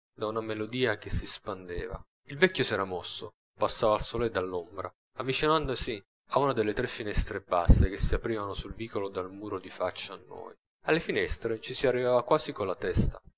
da una melodia che si spandeva il vecchio s'era mosso passava al sole dall'ombra avvicinandosi a una delle tre finestre basse che si aprivano sul vicolo dal muro di faccia a noi alle finestre ci si arrivava quasi con la testa